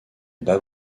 bat